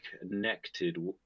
connected